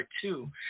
two